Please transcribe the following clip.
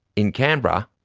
in canberra,